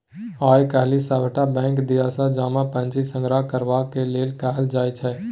आय काल्हि सभटा बैंक दिससँ जमा पर्ची संग्रह करबाक लेल कहल जाइत छै